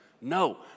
No